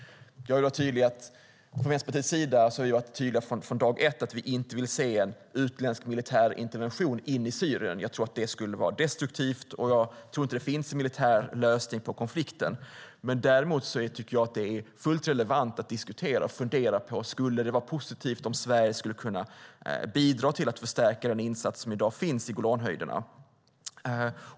Vi har från Vänsterpartiets sida varit tydliga från dag ett med att vi inte vill se en utländsk militär intervention inne i Syrien. Det skulle vara destruktivt. Jag tror inte att det finns en militär lösning på konflikten. Däremot är det fullt relevant att diskutera och fundera på: Skulle det vara positivt om Sverige skulle kunna bidra till att förstärka den insats som i dag finns i Golanhöjderna?